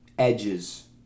Edges